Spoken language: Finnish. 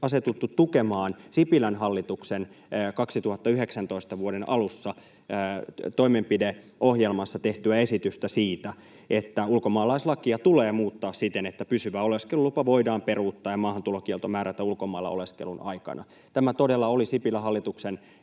asetuttu tukemaan Sipilän hallituksen vuoden 2019 alussa toimenpideohjelmassa tehtyä esitystä siitä, että ulkomaalaislakia tulee muuttaa siten, että pysyvä oleskelulupa voidaan peruuttaa ja maahantulokielto määrätä ulkomailla oleskelun aikana. Tämä todella oli Sipilän hallituksen